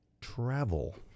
travel